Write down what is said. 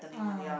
ah